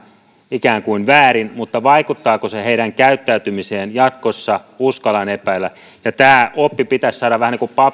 ikään kuin väärin mutta vaikuttaako se heidän käyttäytymiseensä jatkossa uskallan epäillä tämä oppi pitäisi saada vähän niin kuin